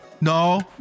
No